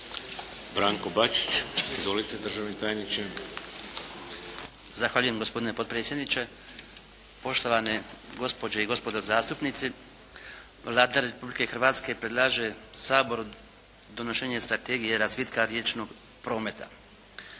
Branko Bačić. Izvolite, državni tajniče. **Bačić, Branko (HDZ)** Zahvaljujem. Gospodine potpredsjedniče, poštovane gospođe i gospodo zastupnici. Vlada Republike Hrvatske predlaže Saboru donošenje Strategije razvitka riječnog prometa.